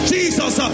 Jesus